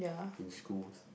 in schools